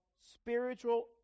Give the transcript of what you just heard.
spiritual